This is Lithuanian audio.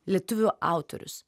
lietuvių autorius